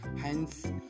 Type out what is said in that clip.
Hence